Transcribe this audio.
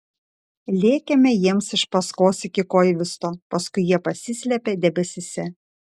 lėkėme jiems iš paskos iki koivisto paskui jie pasislėpė debesyse